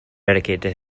dedicated